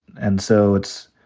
and so it's,